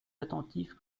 attentifs